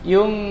Yung